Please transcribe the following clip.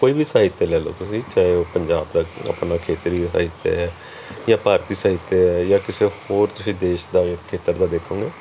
ਕੋਈ ਵੀ ਸਾਹਿਤਯ ਲੈ ਲਓ ਤੁਸੀਂ ਚਾਹੇ ਉਹ ਪੰਜਾਬ ਦਾ ਆਪਣਾ ਖੇਤਰੀ ਸਾਹਿਤਯ ਹੈ ਜਾਂ ਭਾਰਤੀ ਸਾਹਿਤਯ ਹੈ ਜਾਂ ਕਿਸੇ ਹੋਰ ਤੁਸੀਂ ਦੇਸ਼ ਦਾ ਖੇਤਰ ਦਾ ਦੇਖੋਗੇ